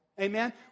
Amen